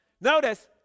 Notice